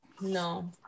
No